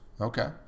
Okay